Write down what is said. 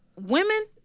women